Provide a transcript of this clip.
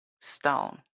stone